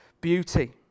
beauty